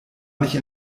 nicht